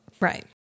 Right